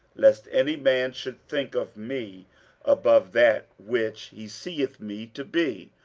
lest any man should think of me above that which he seeth me to be,